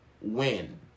win